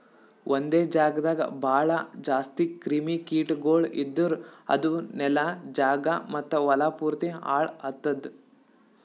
ಒಂದೆ ಜಾಗದಾಗ್ ಭಾಳ ಜಾಸ್ತಿ ಕ್ರಿಮಿ ಕೀಟಗೊಳ್ ಇದ್ದುರ್ ಅದು ನೆಲ, ಜಾಗ ಮತ್ತ ಹೊಲಾ ಪೂರ್ತಿ ಹಾಳ್ ಆತ್ತುದ್